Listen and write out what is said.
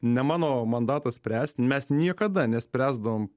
ne mano mandatas spręsti mes niekada nespręsdavom